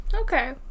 Okay